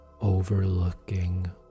overlooking